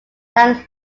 dan